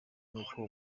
n’uko